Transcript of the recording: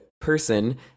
person